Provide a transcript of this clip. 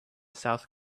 south